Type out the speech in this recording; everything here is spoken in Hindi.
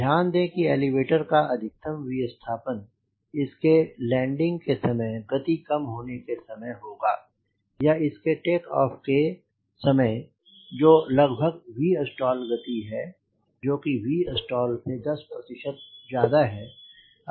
ध्यान दें कि एलीवेटर का अधिकतम विस्थापन इसके लैंडिंग के समय गति कम होने के समय होगा या इसके टेक ऑफ के समय जो की लगभग Vstall गति है जो कि Vstall से 10 प्रतिशत ज्यादा है